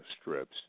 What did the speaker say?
strips